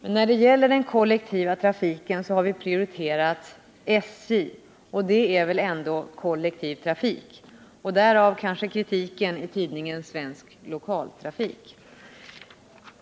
När det gäller den trafiken har vi prioriterat SJ, och det är väl ändå kollektiv trafik? Därav kommer kanske också kritiken i tidningen Svensk lokaltrafik.